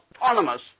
autonomous